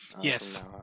Yes